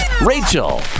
rachel